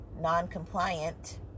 non-compliant